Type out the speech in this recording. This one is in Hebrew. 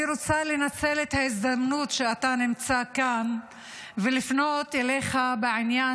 אני רוצה לנצל את ההזדמנות שאתה נמצא כאן ולפנות אליך בעניין